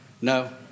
no